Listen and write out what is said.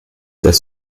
das